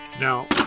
Now